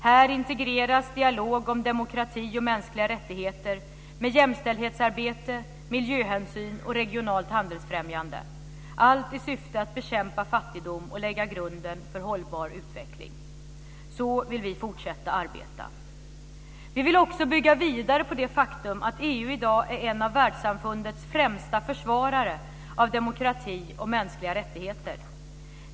Här integreras dialog om demokrati och mänskliga rättigheter med jämställdhetsarbete, miljöhänsyn och regionalt handelsfrämjande - allt i syfte att bekämpa fattigdom och lägga grunden för hållbar utveckling. Så vill vi fortsätta att arbeta. Vi vill också bygga vidare på det faktum att EU i dag är en av världssamfundets främsta försvarare av demokrati och mänskliga rättigheter.